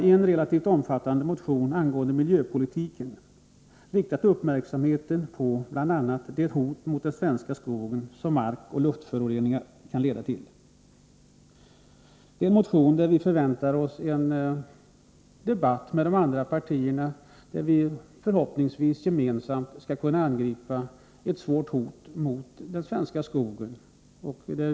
I en relativt omfattande motion angående miljöpolitiken har vi riktat uppmärksamheten på bl.a. det hot mot den svenska skogen som markoch luftföroreningar kan komma att bli. Vi förväntar oss en debatt med övriga partier. Förhoppningsvis kan vi då gemensamt angripa problemen beträffande de föroreningar som utgör ett svårt hot mot den svenska skogen.